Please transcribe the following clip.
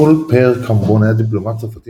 פול פייר קמבון היה דיפלומט צרפתי